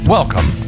Welcome